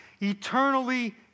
Eternally